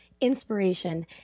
Inspiration